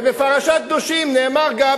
ובפרשת קדושים נאמר גם,